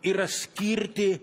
yra skirti